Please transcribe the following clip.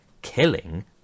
killing